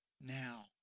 now